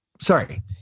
sorry